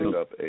up